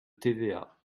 tva